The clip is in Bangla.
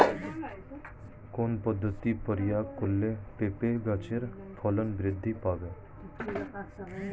কোন পদ্ধতি প্রয়োগ করলে পেঁপে গাছের ফলন বৃদ্ধি পাবে?